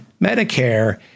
Medicare